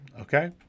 okay